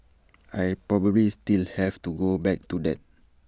I probably still have to go back to that